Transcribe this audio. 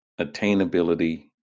attainability